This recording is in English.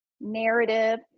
narrative